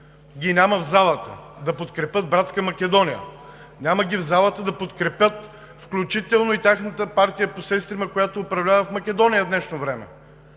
ги няма в залата да подкрепят братска Македония, няма ги в залата да подкрепят, включително и тяхната партия-посестрима, която управлява в Македония в днешно време.